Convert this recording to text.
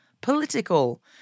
political